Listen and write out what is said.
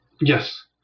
Yes